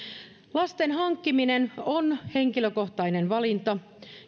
lasten hankkiminen on henkilökohtainen valinta